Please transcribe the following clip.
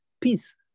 peace